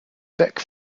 deck